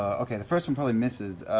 okay, the first one probably misses.